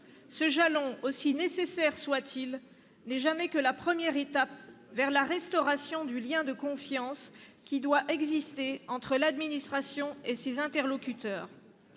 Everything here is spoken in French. Ce jalon, aussi nécessaire soit-il, n'est jamais que la première étape vers la restauration du lien de confiance qui doit exister entre l'administration et ses interlocuteurs.